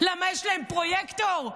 למה, יש להם פרויקטור?